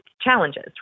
challenges